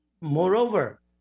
Moreover